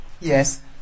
Yes